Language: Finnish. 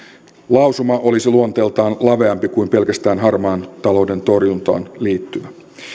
lausuma olisi luonteeltaan laveampi kuin pelkästään harmaan talouden torjuntaan liittyvä